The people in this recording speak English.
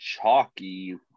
chalky